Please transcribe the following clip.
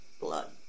blood